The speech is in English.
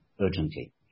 urgently